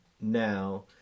now